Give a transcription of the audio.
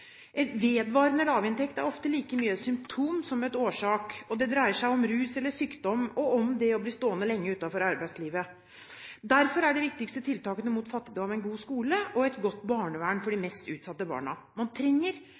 dag. Vedvarende lavinntekt er ofte like mye et symptom som en årsak. Det dreier seg om rus eller sykdom og om det å bli stående lenge utenfor arbeidslivet. Derfor er de viktigste tiltakene mot fattigdom en god skole – og et godt barnevern for de mest utsatte barna. Man trenger